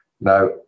Now